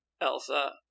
Elsa